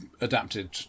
adapted